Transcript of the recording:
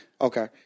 Okay